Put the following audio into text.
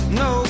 no